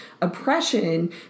oppression